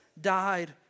died